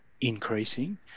increasing